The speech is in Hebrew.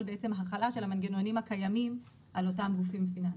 החלה של המנגנונים הקיימים על אותם גופים פיננסיים.